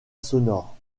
sonore